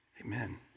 Amen